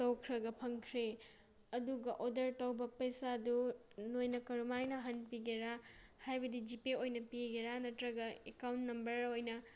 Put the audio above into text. ꯇꯧꯈ꯭ꯔꯒ ꯐꯪꯈ꯭ꯔꯦ ꯑꯗꯨꯒ ꯑꯣꯔꯗꯔ ꯇꯧꯕ ꯄꯩꯁꯥꯗꯨ ꯅꯣꯏꯅ ꯀꯔꯝꯍꯥꯏꯅ ꯍꯟꯕꯤꯒꯦꯔꯥ ꯍꯥꯏꯕꯗꯤ ꯖꯤꯄꯦ ꯑꯣꯏꯅ ꯄꯤꯒꯦꯔꯥ ꯅꯠꯇ꯭ꯔꯒ ꯑꯦꯛꯀꯥꯎꯟ ꯅꯝꯕꯔ ꯑꯣꯏꯅ